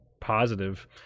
positive